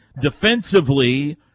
Defensively